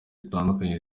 zitandukanye